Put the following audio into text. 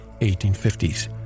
1850s